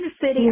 city